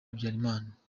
habyarimana